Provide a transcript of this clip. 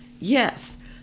Yes